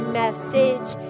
message